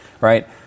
Right